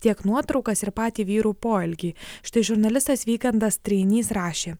tiek nuotraukas ir patį vyrų poelgį štai žurnalistas vygandas trainys rašė